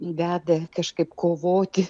veda kažkaip kovoti